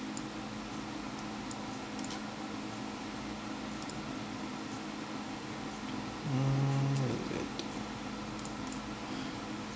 hmm